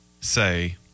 say